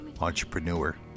Entrepreneur